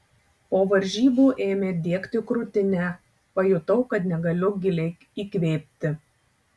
po varžybų ėmė diegti krūtinę pajutau kad negaliu giliai įkvėpti